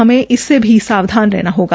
हमें इससे भी सावधान रहना होगा